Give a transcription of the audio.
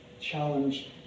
Challenge